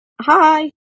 hi